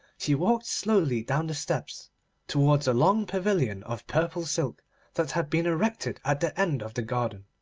she walked slowly down the steps towards a long pavilion of purple silk that had been erected at the end of the garden,